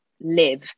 live